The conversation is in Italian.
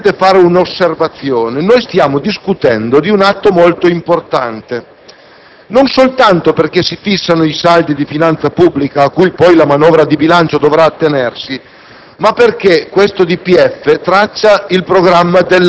Sono partito da questo punto perché voglio preliminarmente fare un'osservazione. Stiamo discutendo di un atto molto importante, non solo perché si fissano i saldi di finanza pubblica a cui poi la manovra di bilancio dovrà attenersi,